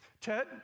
Ted